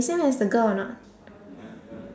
same as the girl or not